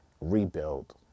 rebuild